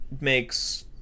makes